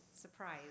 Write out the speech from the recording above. surprise